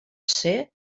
ser